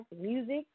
music